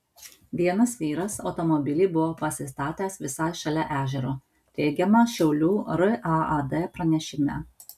vienas vyras automobilį buvo pasistatęs visai šalia ežero teigiama šiaulių raad pranešime